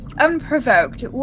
Unprovoked